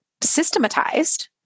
systematized